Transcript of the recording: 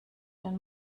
den